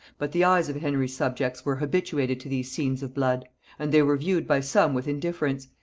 but the eyes of henry's subjects were habituated to these scenes of blood and they were viewed by some with indifference,